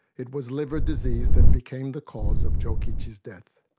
it was liver disease that became the cause of jokichi's death.